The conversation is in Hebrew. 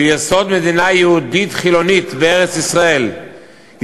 שייסוד מדינה יהודית חילונית בארץ-ישראל הוא